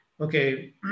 Okay